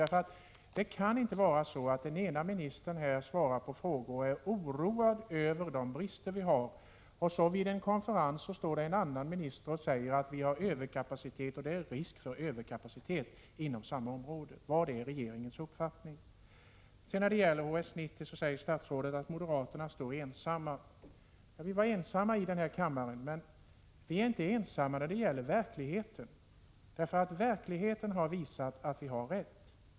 Den ena ministern kan inte svara på frågor här och vara oroad över de brister vi har, medan en annan minister vid en konferens säger att vi har överkapacitet och att det är risk för överkapacitet inom samma område. Vilken är regeringens uppfattning? Beträffande HS 90 säger statsrådet att moderaterna står ensamma. Vi är ensamma i den här kammaren, men vi är inte ensamma i verkligheten, för verkligheten har visat att vi har rätt.